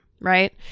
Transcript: right